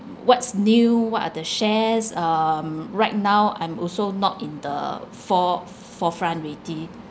what's new what are the shares um right now I'm also not in the fore~ f~ forefront already